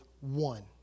one